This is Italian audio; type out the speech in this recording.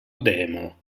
demo